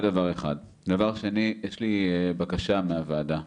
דבר שני, יש לי בקשה מהוועדה,